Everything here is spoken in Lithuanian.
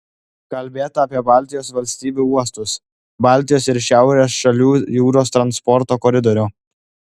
kalbėta apie baltijos valstybių uostus baltijos ir šiaurės šalių jūros transporto koridorių